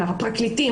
כן, הוא טרוריסט.